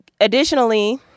Additionally